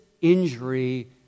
injury